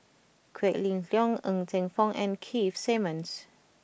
Quek Ling Kiong Ng Teng Fong and Keith Simmons